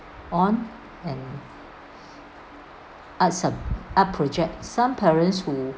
on and art sub~ art projects some parents who